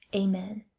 amen.